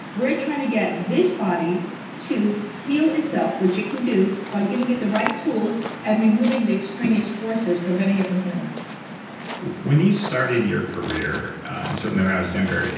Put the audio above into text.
we're trying to get this body to heal itself, which it can do by giving it the right tools and removing the extraneous forces preventing it from healing when you started your career, and certainly when i was younger,